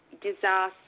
disaster